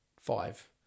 Five